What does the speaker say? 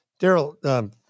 Daryl